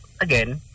Again